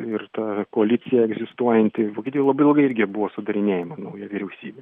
ir ta koalicija egzistuojanti vokietijoj labai ilgai irgi buvo sudarinėjama nauja vyriausybė